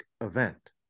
event